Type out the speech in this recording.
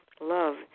love